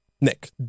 Nick